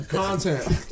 content